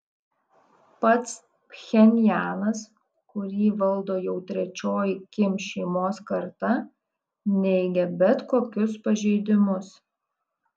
pats pchenjanas kurį valdo jau trečioji kim šeimos karta neigia bet kokius pažeidimus